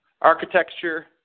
architecture